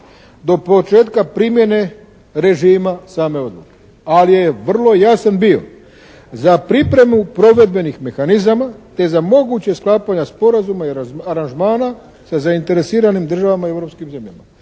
do početka primjene režima same odluke, ali je vrlo jasan bio. Za pripremu provedbenih mehanizama, te za moguće sklapanje sporazuma i aranžmana sa zainteresiranim državama i europskim zemljama.